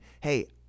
hey